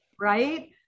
Right